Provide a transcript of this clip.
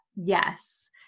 yes